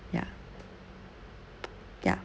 ya ya